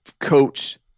coach